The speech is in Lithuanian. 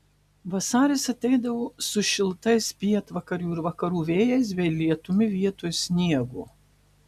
vasaris ateidavo su šiltais pietvakarių ir vakarų vėjais bei lietumi vietoj sniego